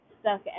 stuck